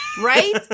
Right